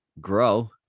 grow